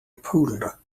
poodle